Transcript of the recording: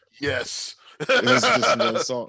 yes